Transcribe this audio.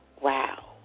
Wow